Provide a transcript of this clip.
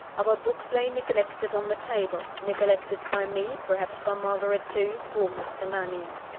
our books lay neglected on the table neglected by me, perhaps by margaret too, for mr. mannion.